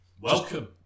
Welcome